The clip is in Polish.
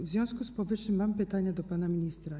W związku z powyższym mam pytanie do pana ministra.